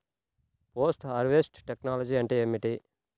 Post harvest technology అంటే ఏమిటి?